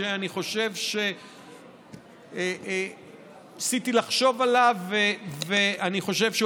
שאני חושב ניסיתי לחשוב עליו ואני חושב שהוא